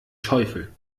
teufel